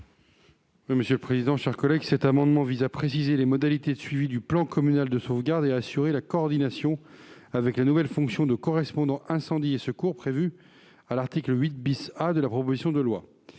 : La parole est à M. le rapporteur. Cet amendement vise à préciser les modalités de suivi du plan communal de sauvegarde et à assurer la coordination avec la nouvelle fonction de correspondant incendie et secours prévue par l'article 8 A de la proposition de loi.